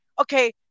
okay